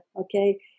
okay